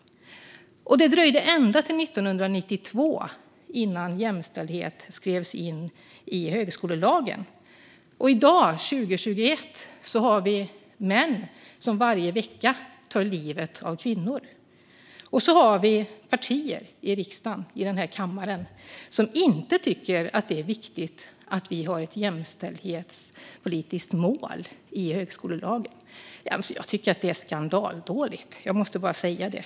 Och det dröjde ända till 1992 innan jämställdhet skrevs in i högskolelagen. I dag, 2021, är det varje vecka en man som tar livet av en kvinna. Och sedan har vi partier i riksdagen, i den här kammaren, som inte tycker att det är viktigt att vi har ett jämställdhetspolitiskt mål i högskolelagen. Jag tycker att det är skandaldåligt - jag måste bara säga det.